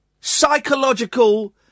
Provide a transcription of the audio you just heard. psychological